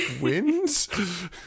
wins